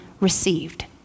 received